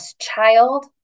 child